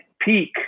peak